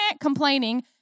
complaining